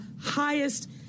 highest